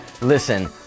Listen